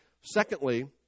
Secondly